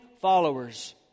followers